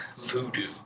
Voodoo